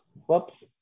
Whoops